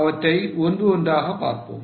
அவற்றை ஒன்று ஒன்றாக பார்ப்போம்